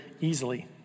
easily